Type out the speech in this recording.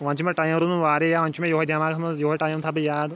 وۄنۍ چھُ مےٚ ٹایم روٗدمُت واریاہ یاد وۄنۍ چھُ مےٚ یُہوے دیٚماغَس منٛز یُہوے ٹایم تھاو بہٕ یاد